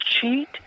cheat